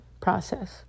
process